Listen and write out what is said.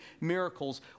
miracles